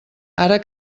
ara